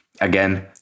Again